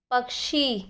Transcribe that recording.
पक्षी